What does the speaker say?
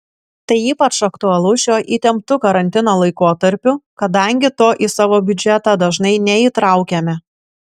tai ypač aktualu šiuo įtemptu karantino laikotarpiu kadangi to į savo biudžetą dažnai neįtraukiame